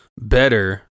better